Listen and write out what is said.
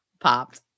popped